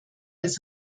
als